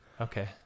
Okay